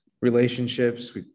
Relationships